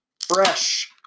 fresh